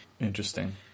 Interesting